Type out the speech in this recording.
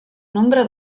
nombre